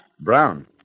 Brown